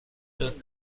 داد